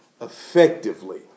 effectively